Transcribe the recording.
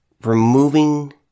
removing